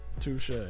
Touche